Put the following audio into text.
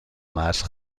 más